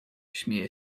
śmieje